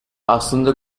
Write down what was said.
aslında